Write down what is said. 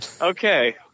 Okay